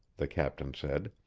the captain said.